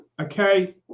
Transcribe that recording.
okay